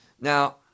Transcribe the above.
Now